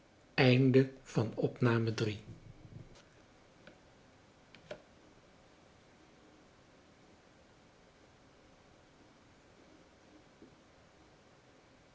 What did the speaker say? vader van drie